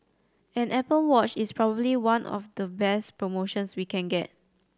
an Apple Watch is probably one of the best promotions we can get